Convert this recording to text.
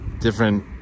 different